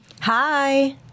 Hi